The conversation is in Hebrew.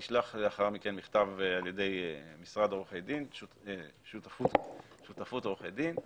נשלח לאחר מכן מכתב על ידי שותפות עורכי דין,